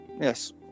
Yes